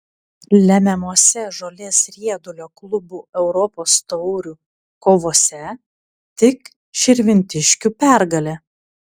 lemiamose žolės riedulio klubų europos taurių kovose tik širvintiškių pergalė